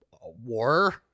war